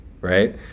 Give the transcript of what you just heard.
right